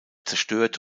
zerstört